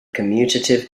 commutative